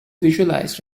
visualized